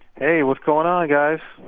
hey. what's going on, guys?